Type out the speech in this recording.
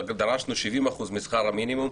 דרשנו 70% משכר המינימום.